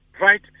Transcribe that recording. right